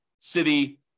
city